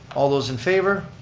all those in favor?